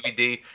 DVD